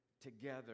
together